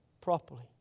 properly